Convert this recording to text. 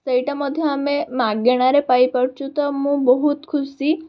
ସେଇଟା ମଧ୍ୟ ଆମେ ମାଗଣାରେ ପାଇପାରୁଛୁ ତ ମୁଁ ବହୁତ ଖୁସି